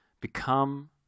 become